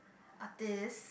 artist